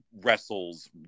wrestles